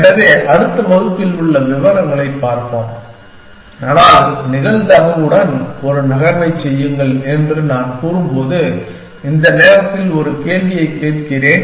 எனவே அடுத்த வகுப்பில் உள்ள விவரங்களைப் பார்ப்போம் ஆனால் நிகழ்தகவுடன் ஒரு நகர்வைச் செய்யுங்கள் என்று நான் கூறும்போது இந்த நேரத்தில் ஒரு கேள்வியைக் கேட்கிறேன்